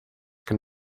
can